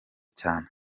cyane